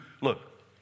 look